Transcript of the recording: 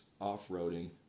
off-roading